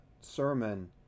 sermon